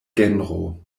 genro